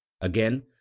again